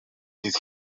dydd